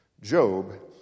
Job